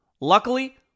Luckily